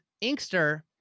Inkster